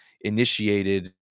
initiated